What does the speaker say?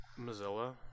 Mozilla